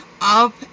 up